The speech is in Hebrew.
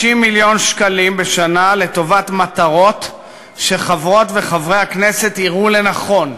160 מיליון שקלים בשנה לטובת מטרות שחברות וחברי הכנסת יראו לנכון.